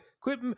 quit